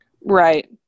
Right